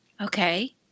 Okay